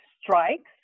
strikes